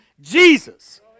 Jesus